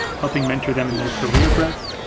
helping mentor them in their career growth.